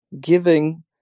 giving